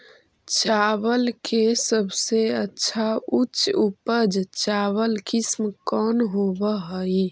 चावल के सबसे अच्छा उच्च उपज चावल किस्म कौन होव हई?